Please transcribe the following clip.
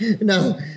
No